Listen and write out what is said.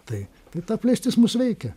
tai tai ta apleistis mus veikia